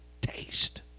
taste